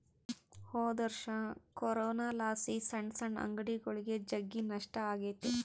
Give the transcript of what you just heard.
ಹೊದೊರ್ಷ ಕೊರೋನಲಾಸಿ ಸಣ್ ಸಣ್ ಅಂಗಡಿಗುಳಿಗೆ ಜಗ್ಗಿ ನಷ್ಟ ಆಗೆತೆ